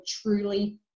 truly